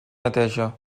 neteja